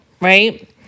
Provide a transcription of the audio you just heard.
right